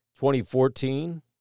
2014